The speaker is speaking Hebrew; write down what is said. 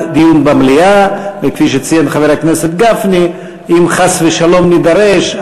לא רבים עם סגנית השר חוטובלי.